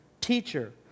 teacher